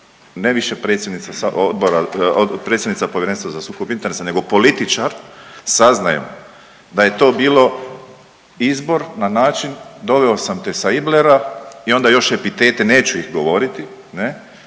odbora, predsjednica Povjerenstva za sukob interesa nego političar saznajem da je to bilo izbor na način doveo sam te sa Iblera i onda još epitete neću ih govoriti, ne